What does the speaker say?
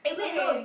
okay